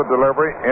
delivery